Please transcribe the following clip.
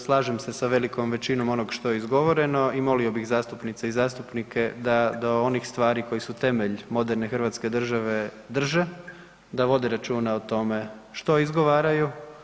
Slažem se sa velikom većinom onog što je izgovoreno i molio bih zastupnice i zastupnike da do onih stvari koji su temelj moderne Hrvatske države drže, da vode računa o tome što izgovaraju.